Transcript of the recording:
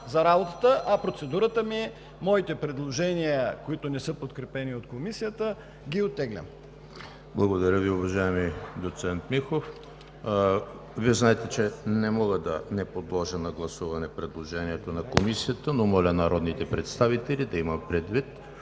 за работата, а процедурата ми е: моите предложения, които не са подкрепени от Комисията, ги оттеглям. ПРЕДСЕДАТЕЛ ЕМИЛ ХРИСТОВ: Благодаря Ви, уважаеми доцент Михов. Вие знаете, че не мога да не подложа на гласуване предложението на Комисията, но моля народните представители да имат предвид,